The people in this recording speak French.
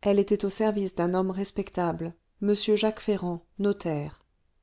elle était au service d'un homme respectable m jacques ferrand notaire